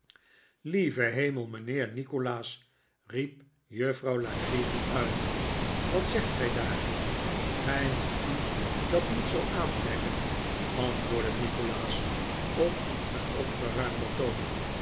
lieve hemel mijnheer nikolaas riep juffrouw la creevy uit wat zegt gij daar gij moet u dat niet zoo aantrekken antwoordde nikolaas op een opgeruimder toon